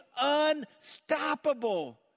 unstoppable